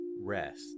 rest